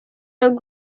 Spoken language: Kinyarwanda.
young